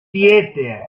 siete